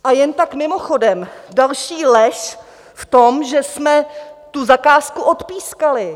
A jen tak mimochodem, další lež v tom, že jsme tu zakázku odpískali.